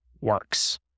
works